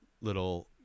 little